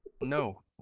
No